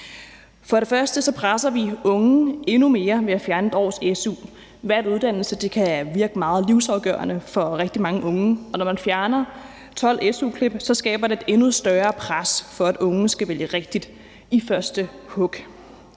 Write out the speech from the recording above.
For det første presser vi unge endnu mere ved at fjerne 1 års su. Valg af uddannelse kan virke meget livsafgørende for rigtig mange unge, og når man fjerner 12 su-klip, skaber det et endnu større pres, for at unge skal vælge rigtigt i første hug.